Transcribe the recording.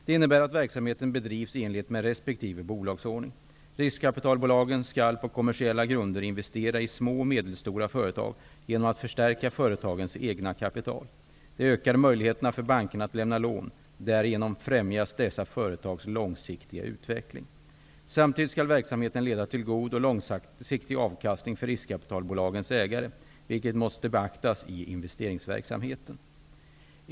Det innebär att verksamheten bedrivs i enlighet med resp. bolagsordning. Riskkapitalbolagen skall på kommersiella grunder investera i små och medelstora företag genom att förstärka företagens egna kapital. Det ökar möjligheterna för banker att lämna lån. Därigenom främjas dessa företags långsiktiga utveckling. Samtidigt skall verksamheten leda till god och långsiktig avkastning för riskkapitalbolagens ägare, vilket måste beaktas i investeringsverksamheten.